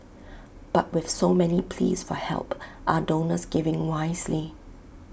but with so many pleas for help are donors giving wisely